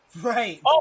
Right